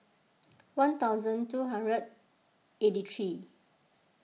one thousand two hundred eighty three